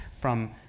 from-